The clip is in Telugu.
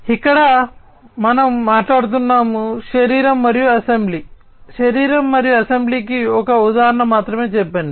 కాబట్టి ఇక్కడ మనం మాట్లాడుతున్నాము శరీరం మరియు అసెంబ్లీ శరీరం మరియు అసెంబ్లీకి ఒక ఉదాహరణ మాత్రమే చెప్పండి